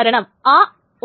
കാരണം